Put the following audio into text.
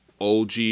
OG